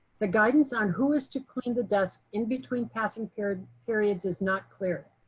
the guidance on who is to clean the desk in between passing periods periods is not clear.